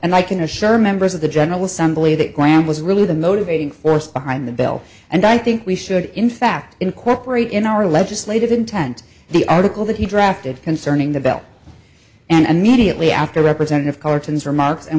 and i can assure members of the general assembly that graham was really the motivating force behind the bill and i think we should in fact incorporate in our legislative intent the article that he drafted concerning the belt and mediately after representative cartons remarks and